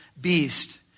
beast